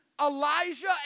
Elijah